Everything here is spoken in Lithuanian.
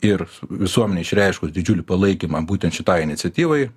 ir visuomenei išreiškus didžiulį palaikymą būtent šitai iniciatyvai